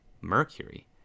Mercury